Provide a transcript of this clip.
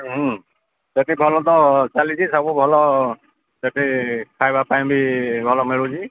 ହୁଁ ସେଠି ଭଲ ତ ଚାଲିଛି ସବୁ ଭଲ ସେଠି ଖାଇବା ପାଇଁ ବି ଭଲ ମିଳୁଛି